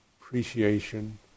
appreciation